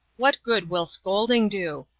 what good will scolding do?